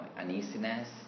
uneasiness